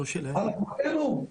על אדמותינו?